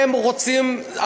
הם רוצים,